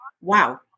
Wow